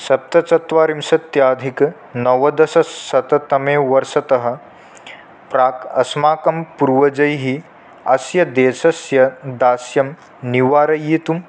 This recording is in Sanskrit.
सप्तचत्वारिंशदधिक नवदशशततमे वर्षतः प्राक् अस्माकं पूर्वजैः अस्य देशस्य दास्यं निवारयितुं